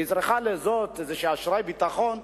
איזו רשת ביטחון,